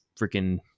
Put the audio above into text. freaking